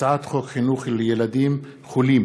הצעת חוק חינוך לילדים חולים